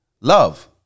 love